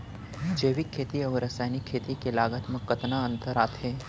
जैविक खेती अऊ रसायनिक खेती के लागत मा कतना अंतर आथे?